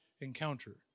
encounter